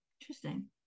interesting